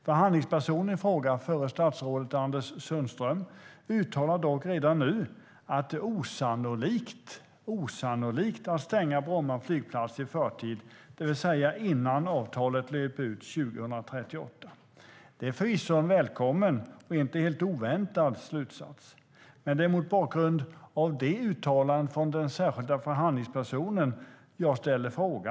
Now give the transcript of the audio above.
Förhandlingspersonen i fråga, förre statsrådet Anders Sundström, uttalar dock redan nu att det är osannolikt att Bromma flygplats kommer att stängas i förtid, det vill säga innan avtalet löper ut 2038. Det är förvisso en välkommen och inte helt oväntad slutsats, men det är mot bakgrund av det uttalandet från den särskilda förhandlingspersonen jag ställde min fråga.